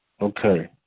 Okay